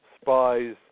spies